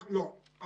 לא.